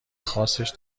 خاصش